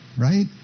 right